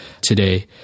today